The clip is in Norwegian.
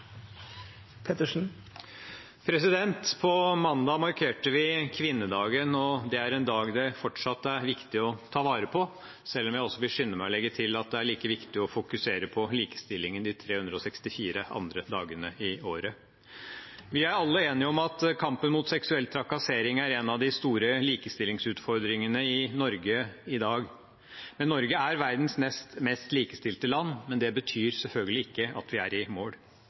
viktig å ta vare på, selv om jeg også vil skynde meg å legge til at det er like viktig å fokusere på likestilling de 364 andre dagene i året. Vi er alle enige om at kampen mot seksuell trakassering er en av de store likestillingsutfordringene i Norge i dag. Norge er verdens nest mest likestilte land, men det betyr selvfølgelig ikke at vi er i mål.